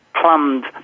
plumbed